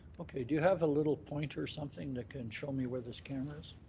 okay. do you have a little pointer or something that can show me where this camera